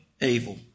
evil